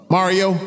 Mario